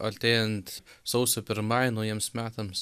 artėjant sausio pirmai naujiems metams